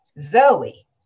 Zoe